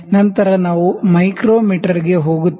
ನಂತರ ನಾವು ಮೈಕ್ರೊಮೀಟರ್ಗೆ ಹೋಗುತ್ತೇವೆ